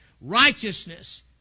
Righteousness